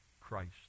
Christ